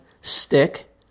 stick